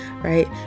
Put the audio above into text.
right